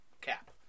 Cap